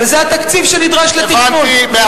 וזה התקציב שנדרש לתכנון,